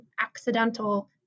accidental